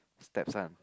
step son